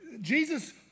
Jesus